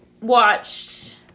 watched